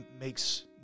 makes